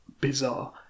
bizarre